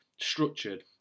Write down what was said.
structured